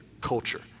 culture